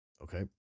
Okay